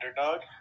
underdog